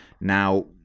Now